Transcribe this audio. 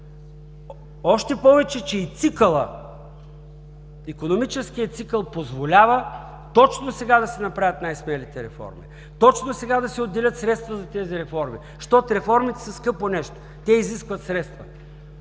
Още повече, че и икономическият цикъл позволява точно сега да се направят най-смелите реформи, точно сега да се отделят средства за тези реформи, защото реформите са скъпо нещо. Те изискват средства.